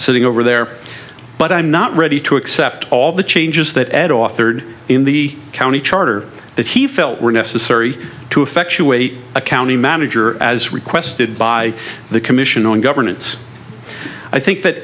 sitting over there but i'm not ready to accept all the changes that ed offered in the county charter that he felt were necessary to effectuate a county manager as requested by the commission on governance i think that